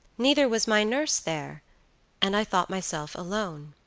neither was my nurse there and i thought myself alone.